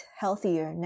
healthier